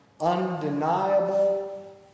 undeniable